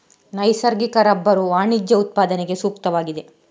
ನೈಸರ್ಗಿಕ ರಬ್ಬರು ವಾಣಿಜ್ಯ ಉತ್ಪಾದನೆಗೆ ಸೂಕ್ತವಾಗಿದೆ